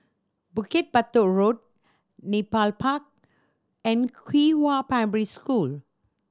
Bukit Batok Road Nepal Park and Qihua Primary School